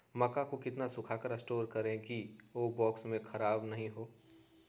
मक्का को कितना सूखा कर स्टोर करें की ओ बॉक्स में ख़राब नहीं हो?